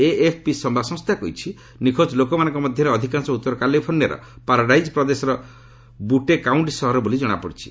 AFP ସମ୍ଭାଦ ସଂସ୍ଥା କହିଛି ନିଖୋଜ ଲୋକମାନଙ୍କ ମଧ୍ୟରେ ଅଧିକାଂଶ ଉତ୍ତର କାଲିଫର୍ଣ୍ଣିଆର ପାରାଡାଇଜ୍ ପ୍ରଦେଶର ବୁଟେକାଉଣ୍ଟି ସହରର ବୋଲି ଜଣାପଡିଛି